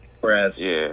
Whereas